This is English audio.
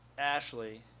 Ashley